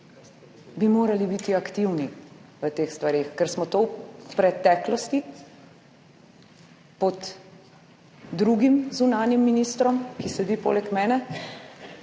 bi morali biti aktivni v teh stvareh, ker smo to v preteklosti pod drugim zunanjim ministrom, ki sedi poleg mene,